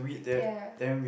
ya